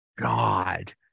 God